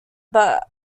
but